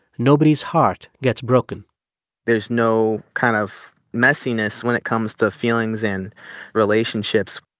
nobody's heart gets broken there's no kind of messiness when it comes to feelings and relationships.